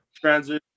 transition